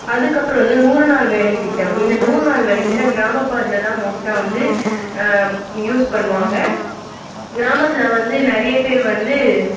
அதற்கப்பறம் வந்து நூறு நாள் வேலைத் திட்டம் இந்த நூறு நாள் வேலைத் திட்டம் கிராமப்பகுதியில தான் மோஸ்ட்டாக வந்து யூஸ் பண்ணுவாங்க கிராமத்தில் வந்து நிறைய பேர் வந்து